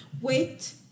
Wait